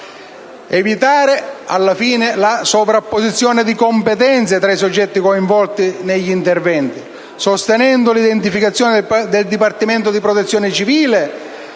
evitare la sovrapposizione di competenze tra i soggetti coinvolti negli interventi, sostenendo l'identificazione nel Dipartimento della protezione civile